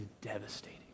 devastating